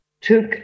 took